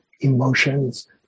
emotions